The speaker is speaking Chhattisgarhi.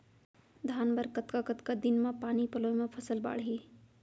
धान बर कतका कतका दिन म पानी पलोय म फसल बाड़ही?